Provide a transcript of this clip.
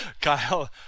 kyle